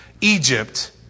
Egypt